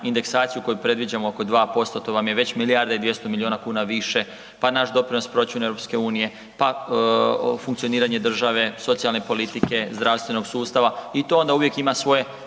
koju predviđamo oko 2%, to vam je već milijarda i 200 milijuna kuna više, pa naš doprinos proračunu EU, pa funkcioniranje države, socijalne politike, zdravstvenog sustava i to onda uvijek ima svoje